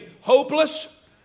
hopeless